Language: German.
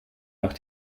nach